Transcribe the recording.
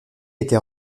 était